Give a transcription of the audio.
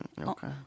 okay